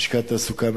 לשכת תעסוקה מקומית.